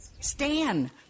Stan